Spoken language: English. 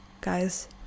guys